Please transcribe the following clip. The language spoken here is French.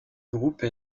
groupe